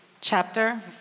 chapter